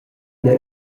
ina